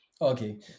Okay